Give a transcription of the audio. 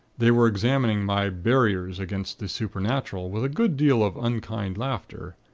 they were examining my barriers against the supernatural, with a good deal of unkind laughter.